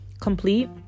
complete